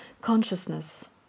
consciousness